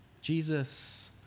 Jesus